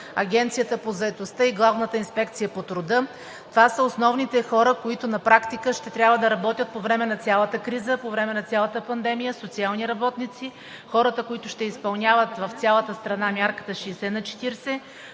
агенцията по заетостта и Главната инспекция по труда. Това са основните хора, които на практика ще трябва да работят по време на цялата криза, по време на цялата пандемия – социални работници, хората, които ще изпълняват в цялата страна мярката 60/40,